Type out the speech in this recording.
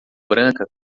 branca